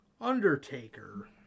Undertaker